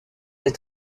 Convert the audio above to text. des